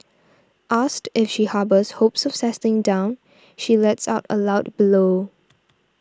asked if she harbours hopes of settling down she lets out a loud bellow